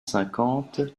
cinquante